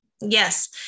Yes